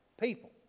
people